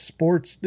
Sports